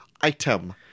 item